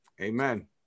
Amen